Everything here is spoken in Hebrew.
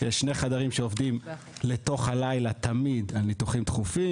יש שני חדרים שעובדים תמיד לתוך הלילה על ניתוחים דחופים,